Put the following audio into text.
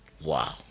Wow